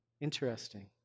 Interesting